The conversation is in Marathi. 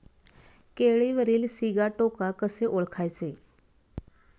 केळीवरील सिगाटोका कसे ओळखायचे?